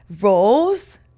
roles